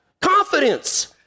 Confidence